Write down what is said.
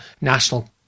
national